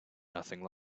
nothing